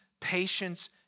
patience